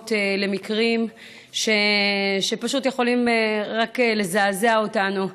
דוגמאות למקרים שפשוט יכולים רק לזעזע אותנו.